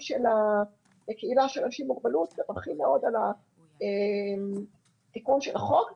של הקהילה של אנשים עם מוגבלות תומכים מאוד בתיקון החוק.